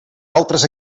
altres